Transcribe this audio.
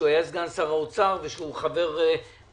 שהיה סגן שר האוצר ושהוא חבר בוועדה